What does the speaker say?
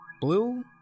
blue